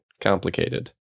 complicated